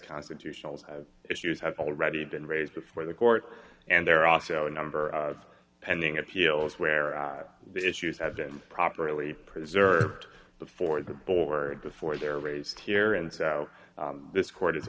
constitutional issues have already been raised before the court and there are also a number of pending appeals where the issues have been properly preserved before the board before they're raised here and so this court is